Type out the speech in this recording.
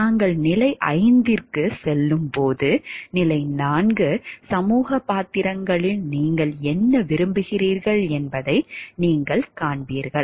நாங்கள் நிலை 5 க்கு செல்லும்போது நிலை 4 சமூகப் பாத்திரங்களில் நீங்கள் என்ன விரும்புகிறீர்கள் என்பதை நீங்கள் காண்கிறீர்கள